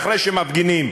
ואחרי שמפגינים,